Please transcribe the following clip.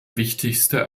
wichtigste